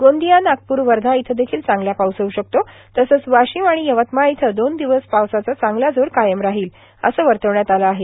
गोंदिया नागपूर वर्धा इथं देखील चांगला पाऊस होऊ शकतो तसंच वाशिम आणि यवतमाळ इथं दोन दिवस पावसाचा चांगला जोर कायम राहील असं वर्तवण्यात आलं आहे